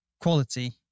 quality